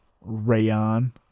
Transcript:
rayon